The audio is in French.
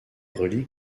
reliques